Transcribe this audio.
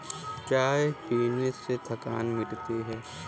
चाय पीने से थकान मिटती है